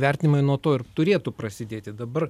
vertinimai nuo to ir turėtų prasidėti dabar